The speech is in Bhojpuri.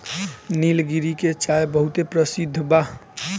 निलगिरी के चाय बहुते परसिद्ध बा